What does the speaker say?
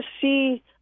see